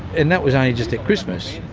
and that was only just at christmas.